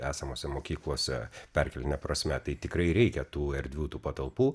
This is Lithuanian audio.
esamose mokyklose perkeltine prasme tai tikrai reikia tų erdvių tų patalpų